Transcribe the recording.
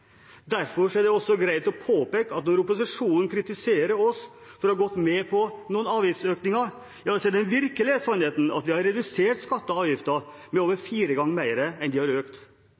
Derfor er det også greit å påpeke at når opposisjonen kritiserer oss for å ha gått med på noen avgiftsøkninger, er den virkelige sannheten at vi har redusert skatter og avgifter med over fire ganger mer enn de har økt.